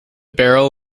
barrel